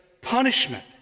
punishment